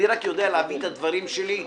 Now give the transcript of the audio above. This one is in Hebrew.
אני רק יודע להביא את הדברים שלי,